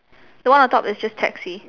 the one on top is just taxi